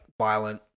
violent